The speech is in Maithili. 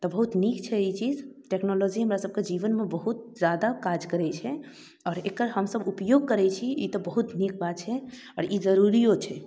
तऽ बहुत नीक छै ई चीज टेक्नोलॉजी हमरासभके जीवनमे बहुत जादा काज करै छै आओर एकर हमसभ उपयोग करै छी ई तऽ बहुत नीक बात छै आओर ई जरूरिओ छै